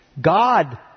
God